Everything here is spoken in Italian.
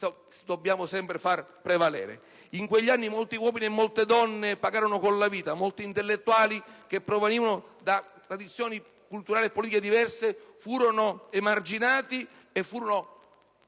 dobbiamo sempre far prevalere. In quegli anni molti uomini e molte donne pagarono con la vita; molti intellettuali che provenivano da tradizioni culturali e politiche diverse furono emarginati, furono